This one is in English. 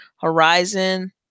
Horizon